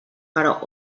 però